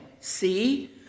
See